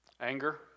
Anger